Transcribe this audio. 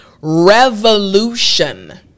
revolution